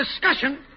discussion